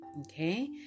Okay